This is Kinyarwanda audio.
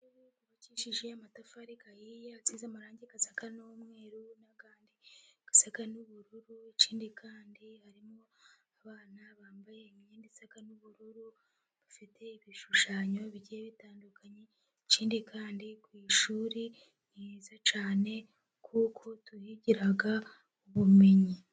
Yubakishije amatafari ahiye, asize amarangi asa n'umweru, n'ayadi asa n'ubururu, ikindi kandi harimo abana bambaye imyenda isa n'ubururu, bafite ibishushanyo bigiye bitandukanye, ikindi kandi ku ishuri ni heza cyane kuko tuhigira ubumenyi.